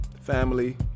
family